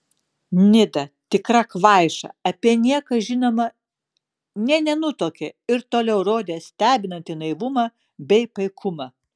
nida tikra kvaiša apie nieką žinoma nė nenutuokė ir toliau rodė stebinantį naivumą bei paikumą